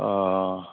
ओ